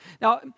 Now